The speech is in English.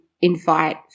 invite